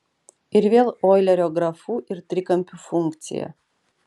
ir vėl oilerio grafų ir trikampių funkcija